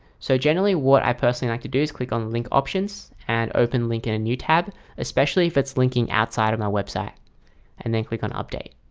so generally what i personally like to do is click on link options and open link in a new tab especially if it's linking outside of my website and then click on update.